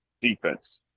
defense